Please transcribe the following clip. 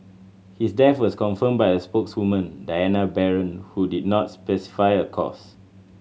his death was confirmed by a spokeswoman Diana Baron who did not specify a cause